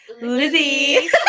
Lizzie